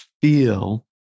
feel